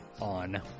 on